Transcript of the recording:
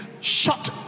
Shut